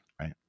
right